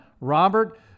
Robert